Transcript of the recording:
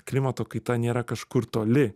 klimato kaita nėra kažkur toli